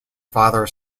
farther